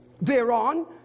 thereon